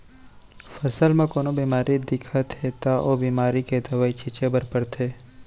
फसल म कोनो बेमारी दिखत हे त ओ बेमारी के दवई छिंचे बर परथे